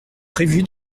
prévu